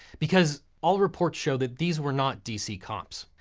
because all reports show that these were not dc cops.